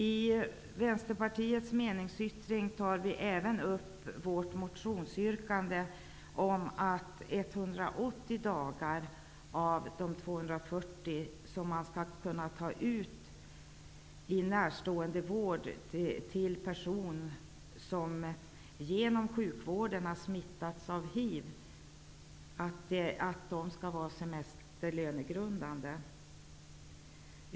I Vänsterpartiets meningsyttring tar vi även upp vårt motionsyrkande om att 180 dagar av de 240 som skall kunna tas ut vid närståendevård av person som genom sjukvården har smittats av hiv skall vara semesterlönegrundande.